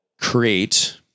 create